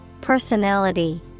Personality